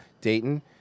Dayton